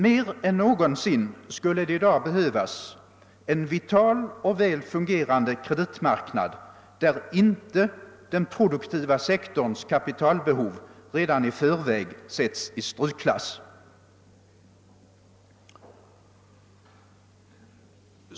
Mer än någonsin skulle det i dag behövas en vital och väl fungerande kreditmarknad, där inte den produktiva sektorns kapitalbehov redan i förväg sätts i strykklass.